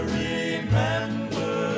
remember